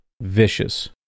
vicious